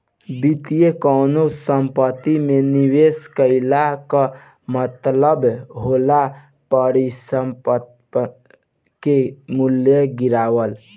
वित्त में कवनो संपत्ति में निवेश कईला कअ मतलब होला परिसंपत्ति के मूल्य गिरावल